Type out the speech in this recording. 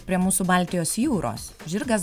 prie mūsų baltijos jūros žirgas